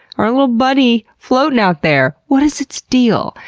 our li'l buddy floating out there. what is its deal?